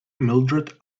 mildred